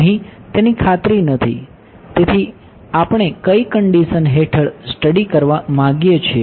અહીં તેની ખાતરી નથી તેથી આપણે કઈ કન્ડિશન હેઠળ સ્ટડી કરવા માગીએ છીએ